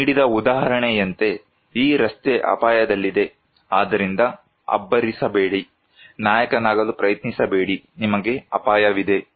ಅವರು ನೀಡಿದ ಉದಾಹರಣೆಯಂತೆ ಈ ರಸ್ತೆ ಅಪಾಯದಲ್ಲಿದೆ ಆದ್ದರಿಂದ ಅಬ್ಬರಿಸಬೇಡಿ ನಾಯಕನಾಗಲು ಪ್ರಯತ್ನಿಸಬೇಡಿ ನಿಮಗೆ ಅಪಾಯವಿದೆ